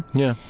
yeah,